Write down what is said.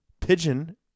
pigeon